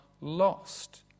lost